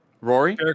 rory